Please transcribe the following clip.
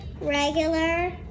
regular